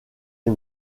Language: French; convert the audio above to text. est